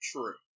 True